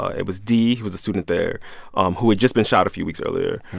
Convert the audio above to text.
ah it was d. he was a student there um who had just been shot a few weeks earlier.